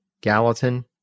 Gallatin